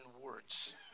words